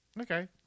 Okay